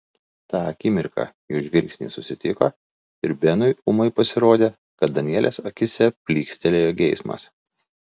tą akimirką jų žvilgsniai susitiko ir benui ūmai pasirodė kad danielės akyse plykstelėjo geismas